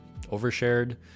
overshared